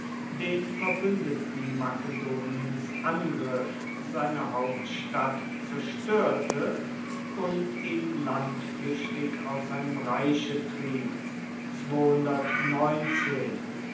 den verbuendeten makedoniens angriff seine hauptstadt zerstoerte und ihn landfluechtig aus seinem reiche trieb